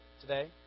today